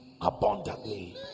abundantly